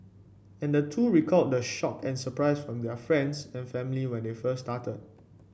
and the two recalled the shock and surprise from their friends and family when they first started